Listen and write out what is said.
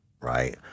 right